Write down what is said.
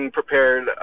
prepared